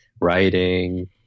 writing